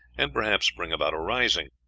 and perhaps bring about a rising.